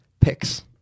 picks